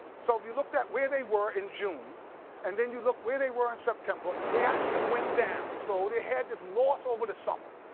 so if you looked at where they were in june and then you looked where they were in september, they actually went down. so they had this loss over the summer.